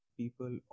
people